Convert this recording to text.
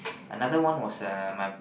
another one was uh my